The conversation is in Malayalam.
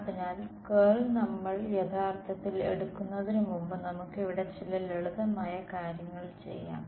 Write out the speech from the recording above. അതിനാൽ കേൾ നമ്മൾ യഥാർത്ഥത്തിൽ എടുക്കുന്നതിന് മുമ്പ് നമുക്ക് ഇവിടെ ചില ലളിതമായ കാര്യങ്ങൾ ചെയ്യാം